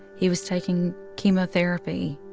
he was taking chemotherapy,